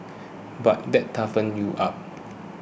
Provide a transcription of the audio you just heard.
but that toughens you up